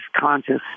conscious